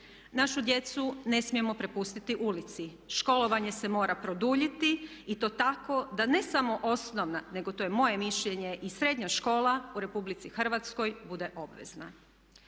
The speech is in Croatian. Našu djecu ne smijemo prepustiti ulici. Školovanje se mora produljiti i to tako da ne samo osnovna, nego to je moje mišljenje i srednja škola u RH bude obvezna.